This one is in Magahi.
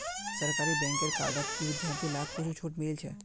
सरकारी बैंकेर कार्डत विद्यार्थि लाक कुछु छूट मिलील छ